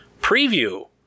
preview